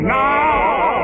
now